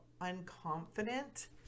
unconfident